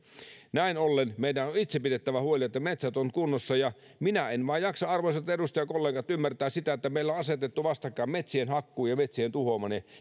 näin ollen meidän on itse pidettävä huoli että metsät ovat kunnossa minä en vain jaksa arvoisat edustajakollegat ymmärtää sitä että meillä on asetettu vastakkain metsien hakkuu ja ja metsien tuhoaminen